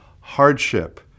hardship